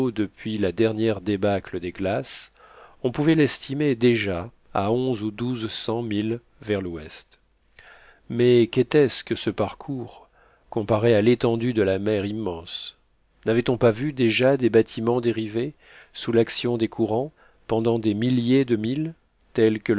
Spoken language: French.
depuis la dernière débâcle des glaces on pouvait l'estimer déjà à onze ou douze cents milles vers l'ouest mais qu'était-ce que ce parcours comparé à l'étendue de la mer immense navait on pas vu déjà des bâtiments dériver sous l'action des courants pendant des milliers de milles tels que